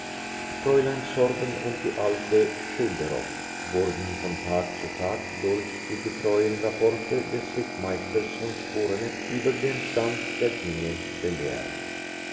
fräulein sorben und die alte schulderoff wurden von tag zu tag durch die getreuen rapporte des rittmeisters von sporeneck über den stand der dinge belehrt